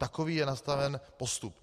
Takový je nastaven postup.